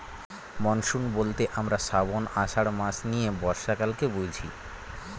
monsoon বলতে আমরা শ্রাবন, আষাঢ় মাস নিয়ে বর্ষাকালকে বুঝি